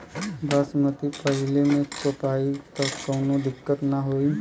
बासमती पलिहर में रोपाई त कवनो दिक्कत ना होई न?